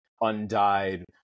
undyed